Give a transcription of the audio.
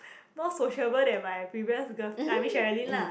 more sociable than my previous girlf~ I mean Sherilyn lah